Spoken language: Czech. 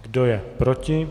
Kdo je proti?